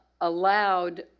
allowed